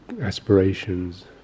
aspirations